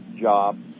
job